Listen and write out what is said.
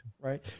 Right